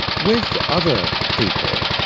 with other people,